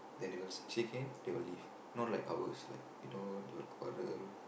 then you got say say can they will leave not like ours like you know to a quarrel